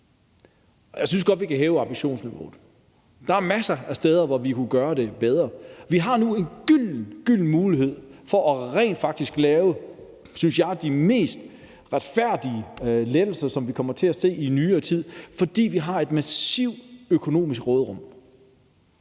Jeg synes godt, at vi kan hæve ambitionsniveauet. Der er masser af steder, hvor vi kunne gøre det bedre. Vi har nu en gylden mulighed for rent faktisk at lave, synes jeg, de mest retfærdige skattelettelser, som vi kommer til at se i nyere tid, fordi vi har et massivt økonomisk råderum.